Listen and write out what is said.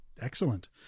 excellent